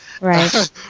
Right